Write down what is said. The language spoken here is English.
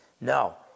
No